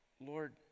Lord